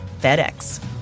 FedEx